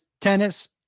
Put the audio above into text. tennis